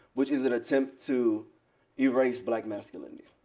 which is an attempt to erase black masculinity.